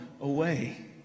away